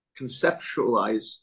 conceptualize